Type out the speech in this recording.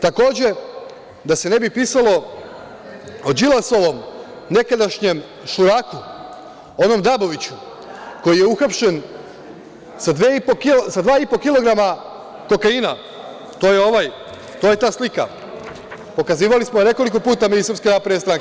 Takođe, da se ne bi pisalo o Đilasovom nekadašnjem šuraku, onom Daboviću, koji je uhapšen sa dva i po kilograma kokaina, to je ovaj, to je ta slika, pokazivali smo je nekoliko puta, mi iz SNS.